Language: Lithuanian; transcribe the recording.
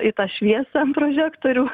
į tą šviesą prožektorių